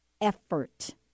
effort